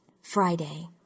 Friday